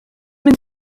mynd